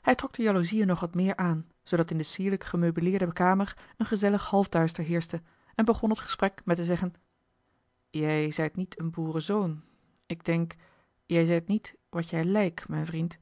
hij trok de jaloezieën nog wat meer aan zoodat in de sierlijk gemeubileerde kamer een gezellig halfduister heerschte en begon het gesprek met te zeggen jij zijt niet een boerenzoon ik denk jij zijt niet wat jij lijk mijn vriend